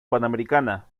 panamericana